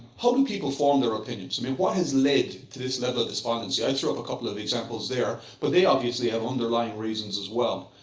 how do people form their opinions? i mean, what has led to this level of despondency. i threw up a couple of examples there, but they obviously have underlying reasons as well.